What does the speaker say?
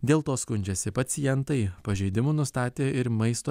dėl to skundžiasi pacientai pažeidimų nustatė ir maisto